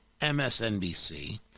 MSNBC